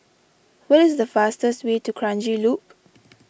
what is the fastest way to Kranji Loop